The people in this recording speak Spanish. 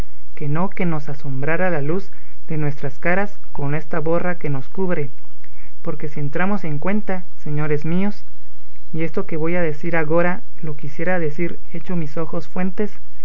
que no que nos asombrara la luz de nuestras caras con esta borra que nos cubre porque si entramos en cuenta señores míos y esto que voy a